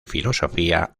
filosofía